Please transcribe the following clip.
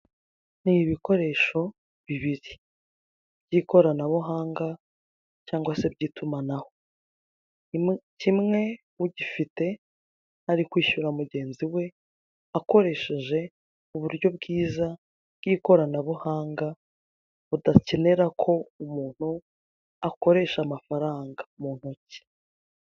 Ni ibikoresho bibiri by'ikoranabuhanga cyangwa se by'itumanaho, kimwe ugifite ari kwishyura mugenzi we akoresheje uburyo bwiza bw'ikoranabuhanga budakenera ko umuntu akoresha amafaranga mu ntoki.